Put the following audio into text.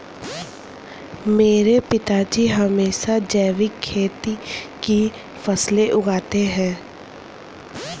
मेरे पिताजी हमेशा जैविक खेती की फसलें उगाते हैं